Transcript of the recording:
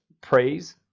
praise